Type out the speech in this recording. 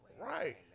right